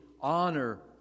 honor